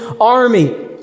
army